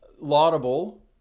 Laudable